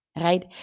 Right